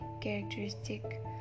characteristic